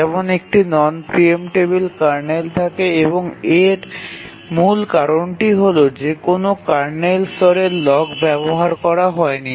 যেমন একটি non preemptible kernel থাকে এবং এর মূল কারণটি হল যে কোনও কার্নেল স্তরের লক ব্যবহার করা হয়নি